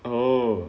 oh